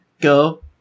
go